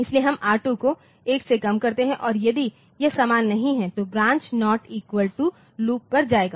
इसलिए हम R2 को 1 से कम करते हैं और यदि यह समान नहीं है तो branch not equal to loop पर जायेगा